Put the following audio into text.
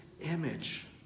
image